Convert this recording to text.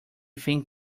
think